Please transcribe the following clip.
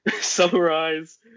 summarize